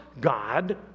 God